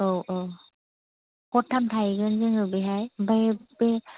औ औ हरथाम थाहैगोन जोङो बेहाय ओमफ्राय बे